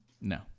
No